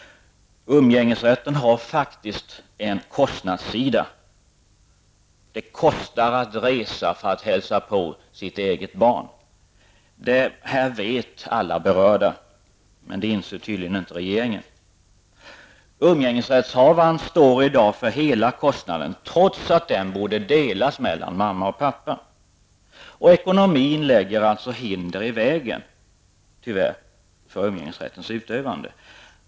Umgängesrätten har faktiskt en kostnadssida. Det kostar att resa för att hälsa på sitt eget barn. Detta är alla berörda medvetna om, men det inser tydligen inte regeringen. Umgängesrättshavaren står i dag för hela kostnaden, trots att den borde delas mellan mamman och pappan. Tyvärr lägger ekonomin alltså hinder i vägen för umgängesrättens utövande.